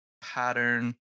pattern